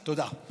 תודה.